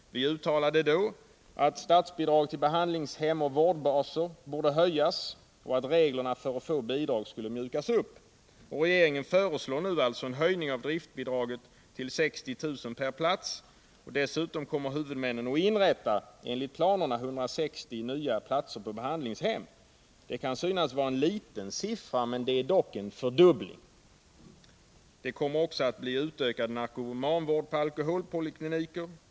Vi uttalade att statsbidragen till behandlingshem och vårdbaser borde höjas och att reglerna för att få bidrag skulle mjukas upp. Regeringen föreslår också nu en höjning av driftbidraget till 60 000 kr. per plats. Dessutom kommer enligt planerna huvudmännen att inrätta 160 nya platser på behandlingshem. Det kan synas vara en låg siffra, men det är dock en fördubbling. Det kommer också att bli en utökad narkomanvård på alkoholpolikliniker.